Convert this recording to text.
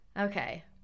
Okay